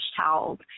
towels